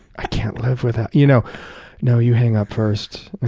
i can't live without. you know no, you hang up first.